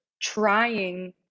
trying